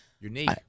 unique